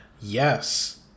Yes